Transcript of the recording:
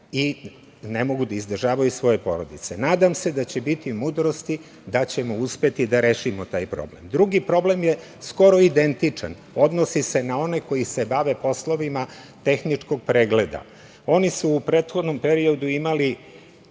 i ne mogu da izdržavaju svoje porodice. Nadam se da će biti mudrosti, da ćemo uspeti da rešimo taj problem. Drugi problem je skoro identičan. Odnosi se na one koji se bave poslovnima tehničkog pregleda. Oni su u prethodnom periodu imali